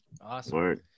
Awesome